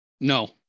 No